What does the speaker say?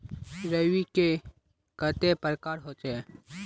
रवि के कते प्रकार होचे?